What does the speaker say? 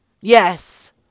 Yes